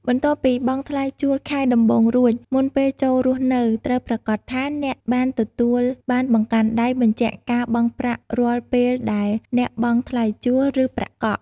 បន្ទាប់ពីបង់ថ្លៃជួលខែដំបូងរួច មុនពេលចូលរស់នៅ ត្រូវប្រាកដថាអ្នកបានទទួលបានបង្កាន់ដៃបញ្ជាក់ការបង់ប្រាក់រាល់ពេលដែលអ្នកបង់ថ្លៃជួល ឬប្រាក់កក់។